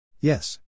Yes